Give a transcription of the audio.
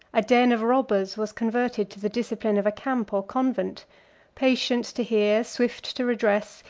a den of robbers was converted to the discipline of a camp or convent patient to hear, swift to redress,